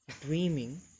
Dreaming